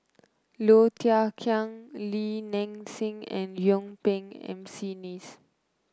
Low Thia Khiang Li Nanxing and Yuen Peng M C Neice